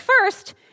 first